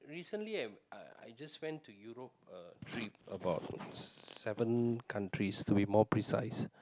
recently I I just went to Europe uh trip about seven countries to be more precise